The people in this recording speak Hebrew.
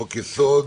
יסוד: